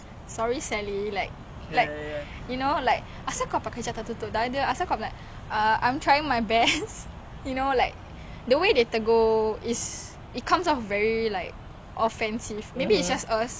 sometimes is the way they say is very hurtful ya mm